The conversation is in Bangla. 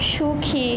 সুখী